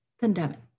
pandemic